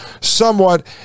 somewhat